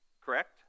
Correct